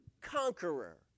conqueror